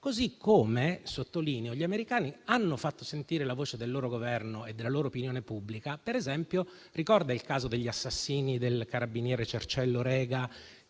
Così come, sottolineo, gli americani hanno fatto sentire la voce del loro Governo e della loro opinione pubblica, per esempio, nel caso degli assassini del carabiniere Cerciello Rega,